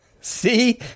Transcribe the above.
See